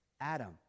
Adam